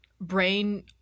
brain